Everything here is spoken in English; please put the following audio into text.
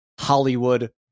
Hollywood